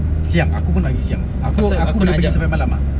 siang aku pun nak pergi siang aku aku boleh pergi sampai malam ah